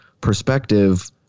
perspective